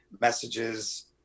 messages